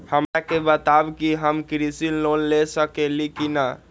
हमरा के बताव कि हम कृषि लोन ले सकेली की न?